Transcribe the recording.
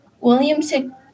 William